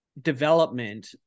development